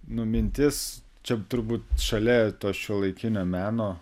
nu mintis čia turbūt šalia to šiuolaikinio meno